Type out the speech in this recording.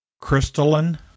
crystalline